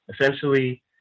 essentially